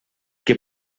que